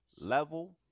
level